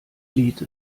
lied